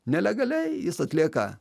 nelegaliai jis atlieka